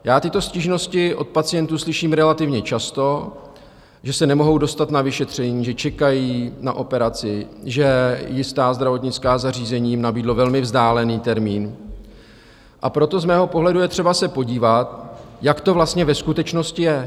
Já tyto stížnosti od pacientů slyším relativně často, že se nemohou dostat na vyšetření, že čekají na operaci, že jisté zdravotnická zařízení jim nabídlo velmi vzdálený termín, a proto z mého pohledu je třeba se podívat, jak to vlastně ve skutečnosti je.